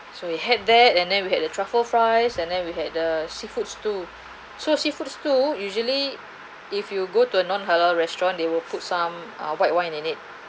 so we had that and then we had the truffle fries and then we had the seafood stew so seafood stew usually if you go to a non-halal restaurant they will put some uh white wine in it